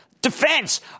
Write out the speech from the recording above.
Defense